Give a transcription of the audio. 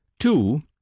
Two